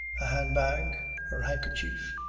a handbag, her handkerchief,